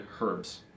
herbs